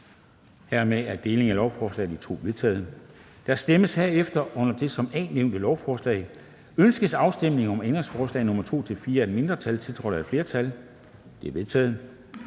Dermed er delingen af lovforslaget i to vedtaget. Der stemmes herefter om det under A nævnte lovforslag. Ønskes afstemning om ændringsforslag nr. 2-4 af et mindretal (KF), tiltrådt af et flertal (det øvrige